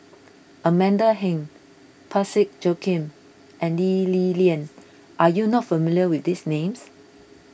Amanda Heng Parsick Joaquim and Lee Li Lian are you not familiar with these names